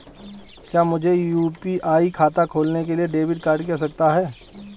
क्या मुझे यू.पी.आई खाता खोलने के लिए डेबिट कार्ड की आवश्यकता है?